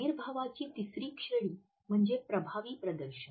अविर्भावशास्त्राची तिसरी श्रेणी म्हणजे प्रभावी प्रदर्शन